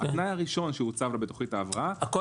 התנאי הראשון שיוצג לו בתכנית ההבראה -- הכול